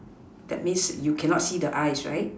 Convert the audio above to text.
that means you cannot see the eyes right